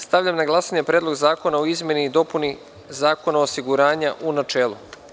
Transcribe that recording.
Stavljam na glasanje Predlog zakona o izmeni i dopuni Zakona o osiguranju, u načelu.